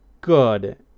good